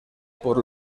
por